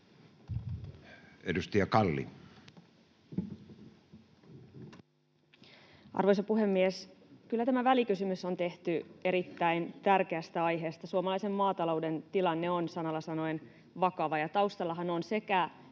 Edustaja Kalli. Arvoisa puhemies! Kyllä tämä välikysymys on tehty erittäin tärkeästä aiheesta. Suomalaisen maatalouden tilanne on sanalla sanoen vakava, ja taustallahan on sekä